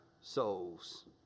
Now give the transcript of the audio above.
souls